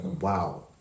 wow